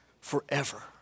forever